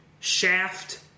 Shaft